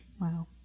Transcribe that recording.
Wow